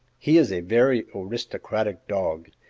he is a very aristocratic dog,